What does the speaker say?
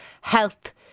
health